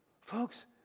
Folks